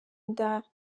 inda